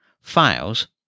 files